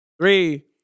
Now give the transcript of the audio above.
Three